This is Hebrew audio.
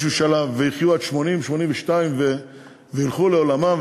שלב ויחיו עד גיל 82-80 וילכו לעולמם?